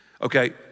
Okay